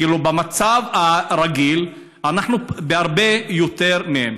ובמצב הרגיל אנחנו בהרבה יותר מהם.